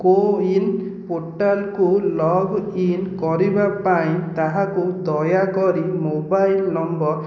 କୋୱିିନ୍ ପୋର୍ଟାଲ୍କୁ ଲଗ୍ଇନ୍ କରିବା ପାଇଁ ତାହାକୁ ଦୟାକରି ମୋବାଇଲ୍ ନମ୍ବର୍